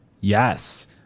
Yes